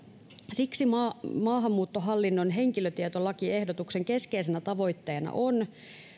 siksi maahanmuuttohallinnon henkilötietolakiehdotuksen keskeisenä tavoitteena on